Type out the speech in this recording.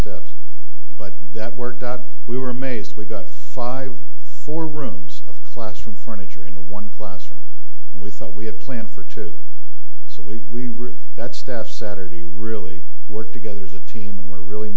steps but that worked out we were amazed we got five four rooms of classroom furniture in a one classroom and we thought we had planned for two so we that staff saturday really work together as a team and we're really